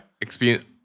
Experience